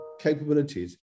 capabilities